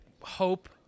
hope